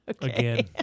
Again